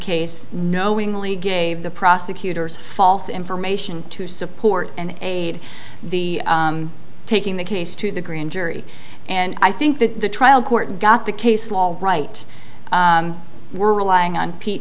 case knowingly gave the prosecutor's false information to support and aid the taking the case to the grand jury and i think that the trial court got the case law all right we're relying on